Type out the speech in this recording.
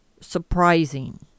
surprising